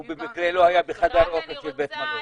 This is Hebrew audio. והוא במקרה לא היה בחדר אוכל של בית מלון.